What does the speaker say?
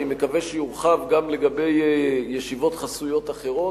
שאני מקווה שיורחב גם לגבי ישיבות חסויות אחרות,